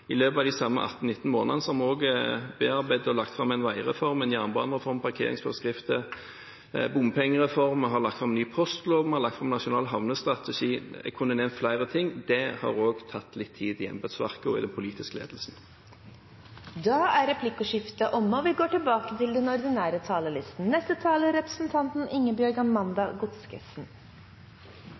i løpet av de samme 18–19 månedene har vi også bearbeidet og lagt fram en veireform, en jernbanereform, parkeringsforskrifter, bompengereform, vi har lagt fram ny postlov, vi har lagt fram nasjonal havnestrategi, jeg kunne nevnt flere ting. Det har også tatt litt tid i embetsverket og i den politiske ledelse. Replikkordskiftet er omme.